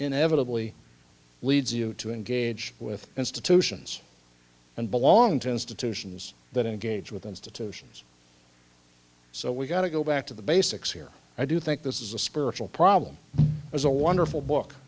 inevitably leads you to engage with institutions and belong to institutions that engage with institutions so we've got to go back to the basics here i do think this is a spiritual problem is a wonderful book